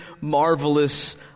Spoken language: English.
marvelous